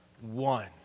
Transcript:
one